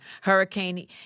Hurricane